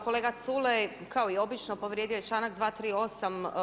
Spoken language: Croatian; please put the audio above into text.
Kolega Culej kao i obično povrijedio je članak 238.